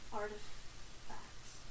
artifacts